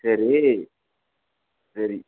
சரி சரி